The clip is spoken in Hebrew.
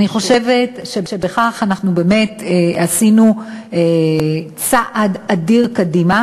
אני חושבת שבכך אנחנו באמת עשינו צעד אדיר קדימה.